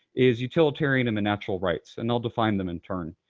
is utilitarian and then natural rights. and i'll define them in turn.